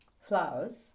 flowers